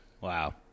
Wow